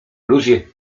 ludzie